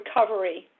recovery